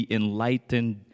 enlightened